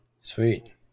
Sweet